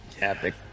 Epic